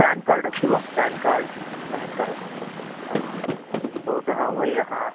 pen card अस्ति वा PAN card PAN card भवत्याः वयः